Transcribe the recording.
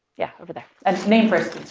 yeah, over there. and name first,